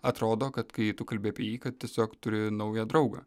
atrodo kad kai tu kalbi apie jį kad tiesiog turi naują draugą